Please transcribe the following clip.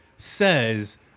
says